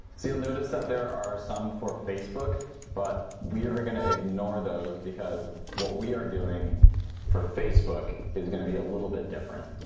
so you'll notice that there are some for facebook but we are are gonna ignore those because what we are doing for facebook is gonna be a little bit different.